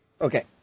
Okay